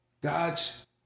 God's